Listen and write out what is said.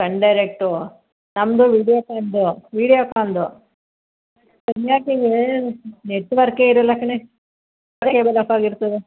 ಸನ್ Direct ನಮ್ಮದು ವೀಡಿಯೋಕಾನ್ದು ವೀಡಿಯೋಕಾನ್ದು ಸರಿಯಾಗಿ ನೆಟ್ವರ್ಕೇ ಇರಲ್ಲ ಕಣೇ ಕೇಬಲ್ ಆಫ್ ಆಗಿರ್ತದೆ